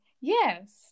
yes